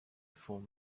form